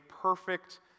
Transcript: perfect